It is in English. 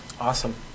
Awesome